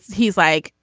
he's like,